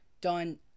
done